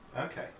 Okay